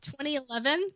2011